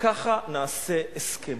וככה נעשה הסכם.